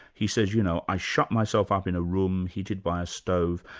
he says you know i shut myself up in a room, heated by a stove,